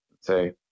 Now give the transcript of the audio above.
say